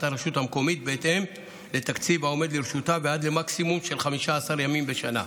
הרשות המקומית בהתאם לתקציב העומד לרשותה ועד למקסימום של 15 ימים בשנה.